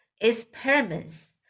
experiments